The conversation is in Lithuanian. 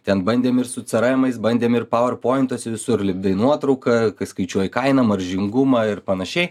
ten bandėm ir su cremais bandėm ir pover pointuose visur lipdai nuotrauką kai skaičiuoji kainą maržingumą ir panašiai